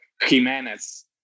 jimenez